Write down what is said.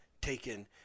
taken